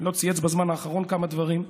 לא צייץ בזמן האחרון כמה דברים,